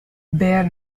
bare